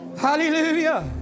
Hallelujah